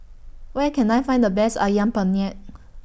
Where Can I Find The Best Ayam Penyet